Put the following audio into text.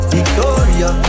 Victoria